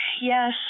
Yes